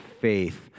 faith